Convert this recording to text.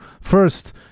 first